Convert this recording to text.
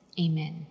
amen